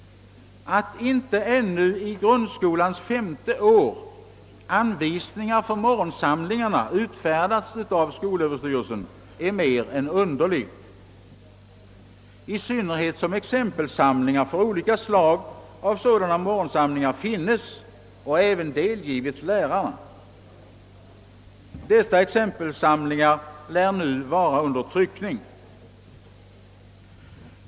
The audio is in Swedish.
Att inte ännu — i grundskolans femte år — anvisningar för morgonsamlingarna utfärdats av skolöverstyrelsen är mer än underligt, i synnnerhet som exempelsamlingar för olika slag av morgonsamlingar finnes och även delgivits lärarna. — Dessa exempelsamlingar lär nu vara under tryckning.